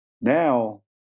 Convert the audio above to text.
now